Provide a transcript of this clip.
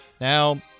Now